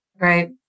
Right